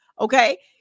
okay